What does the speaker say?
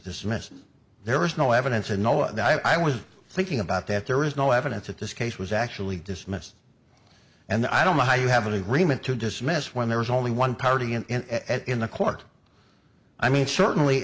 dismissed there is no evidence and no i was thinking about that there is no evidence that this case was actually dismissed and i don't know how you have an agreement to dismiss when there is only one party and in the court i mean certainly